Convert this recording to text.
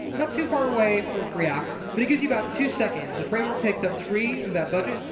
not too far away from preact but it gives you about two seconds. the framework takes up three of that budget.